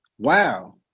wow